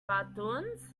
cartoons